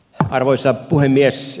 arvoisa puhemies